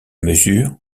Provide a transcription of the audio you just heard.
mesure